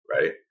Right